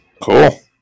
Cool